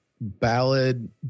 ballad